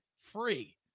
free